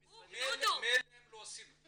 הם לא עושים,